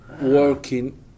working